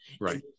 right